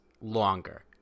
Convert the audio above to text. longer